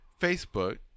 Facebook